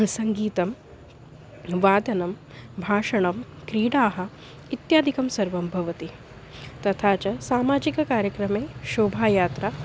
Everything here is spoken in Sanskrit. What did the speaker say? सङ्गीतं वादनं भाषणं क्रीडाः इत्यादिकं सर्वं भवति तथा च सामाजिककार्यक्रमे शोभायात्रा